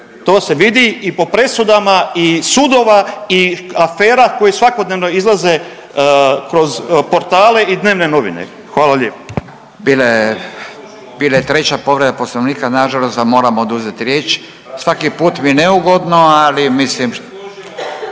to se vidi i po presudama sudova i afera koje svakodnevno izlaze kroz portale i dnevne novine. Hvala lijepo. **Radin, Furio (Nezavisni)** Bila je treća povreda poslovnika, nažalost vam moram oduzet riječ, svaki put mi neugodno, ali mislim